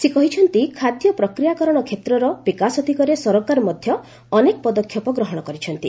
ସେ କହିଛନ୍ତି ଖାଦ୍ୟ ପ୍ରକ୍ରିୟାକରଣ କ୍ଷେତ୍ରର ବିକାଶ ଦିଗରେ ସରକାର ମଧ୍ୟ ଅନେକ ପଦକ୍ଷେପ ଗ୍ରହଣ କରିଛନ୍ତି